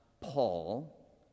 Paul